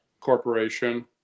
Corporation